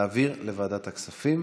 להעביר לוועדת הכספים.